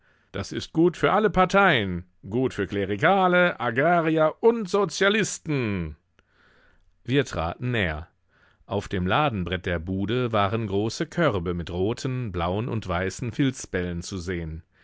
das ist gut für alle parteien gut für klerikale agrarier und sozialisten wir traten näher auf dem ladenbrett der bude waren große körbe mit roten blauen und weißen filzbällen zu sehen